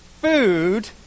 food